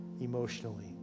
emotionally